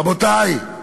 רבותי,